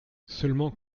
seulement